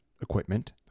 equipment